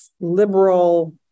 liberal